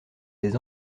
des